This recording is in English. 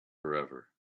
forever